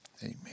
Amen